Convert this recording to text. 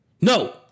no